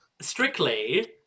strictly